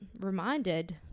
reminded